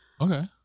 Okay